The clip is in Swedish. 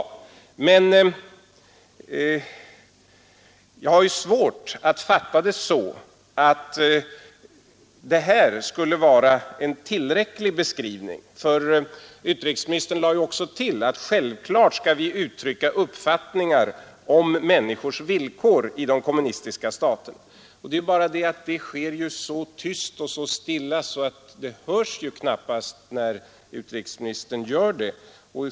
Men jag har svårt att fatta det så att det skulle vara en tillräcklig beskrivning. Utrikesministern tillade ju också att vi självfallet skall uttrycka uppfattningar om människors villkor i de kommunistiska staterna. Det är bara det att det sker så tyst och stilla att det knappast hörs när utrikesministern gör det.